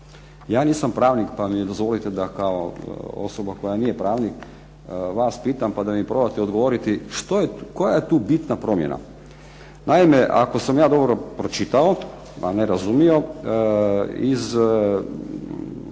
Ja nisam pravnik pa mi dozvolite da kao osoba koja nije pravnik vas pitam, pa da mi probate odgovoriti što je, koja je tu bitna promjena? Naime, ako sam ja dobro pročitao, a ne razumio, iz